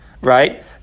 right